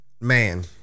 man